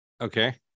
Okay